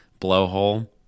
blowhole